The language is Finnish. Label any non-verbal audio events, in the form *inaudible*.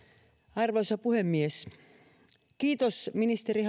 arvoisa puhemies kiitos ministeri *unintelligible*